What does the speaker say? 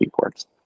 ports